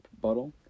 bottle